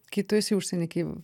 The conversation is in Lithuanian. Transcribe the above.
tai tu esi užsieny kai